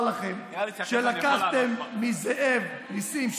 אני רוצה לומר לכם שלקחתם מזאב ניסים,